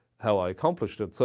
how i accomplished it. so